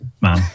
man